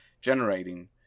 generating